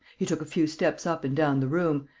he took a few steps up and down the room,